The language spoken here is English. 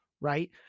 Right